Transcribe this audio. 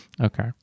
Okay